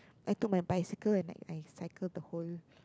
I took my bicycle and I cycle the whole